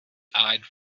eyed